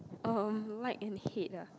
um like and hate ah